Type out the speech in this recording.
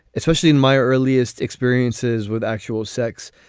especially in my earliest experiences with actual sex,